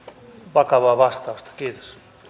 vakavaa vastausta kiitos